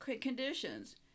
conditions